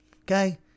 Okay